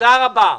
תודה רבה.